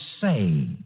say